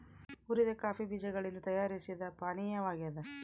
ಹುರಿದ ಕಾಫಿ ಬೀಜಗಳಿಂದ ತಯಾರಿಸಿದ ಪಾನೀಯವಾಗ್ಯದ